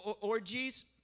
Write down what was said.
orgies